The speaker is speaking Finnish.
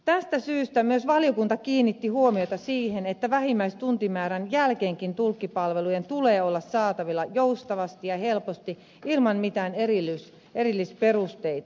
tästä syystä myös valiokunta kiinnitti huomiota siihen että vähimmäistuntimäärän jälkeenkin tulkkipalvelujen tulee olla saatavilla joustavasti ja helposti ilman mitään erillisperusteita